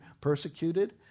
persecuted